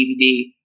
DVD